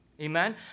Amen